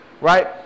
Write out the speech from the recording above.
right